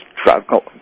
struggle